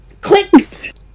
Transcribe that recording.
Click